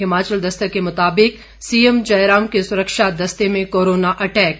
हिमाचल दस्तक के मुताबिक सीएम जयराम के सुरक्षा दस्ते में कोरोना अटैक